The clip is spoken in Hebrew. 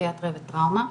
פסיכיאטריה וטראומה.